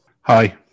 Hi